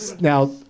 Now